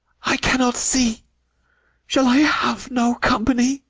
i cannot see shall i have no company?